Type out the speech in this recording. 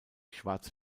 schwarze